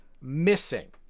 missing